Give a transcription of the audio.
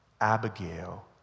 Abigail